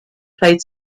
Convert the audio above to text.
played